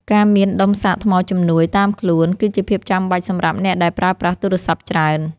ការមានដុំសាកថ្មជំនួយ តាមខ្លួន គឺជាភាពចាំបាច់សម្រាប់អ្នកដែលប្រើប្រាស់ទូរស័ព្ទច្រើន។